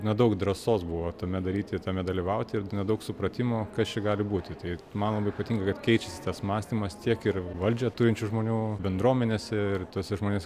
ne daug drąsos buvo tame daryti tame dalyvauti ir nedaug supratimo kas čia gali būti tai manom ypatingai kad keičiasi tas mąstymas tiek ir valdžią turinčių žmonių bendruomenėse ir tuos žmonėse